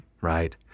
Right